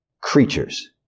creatures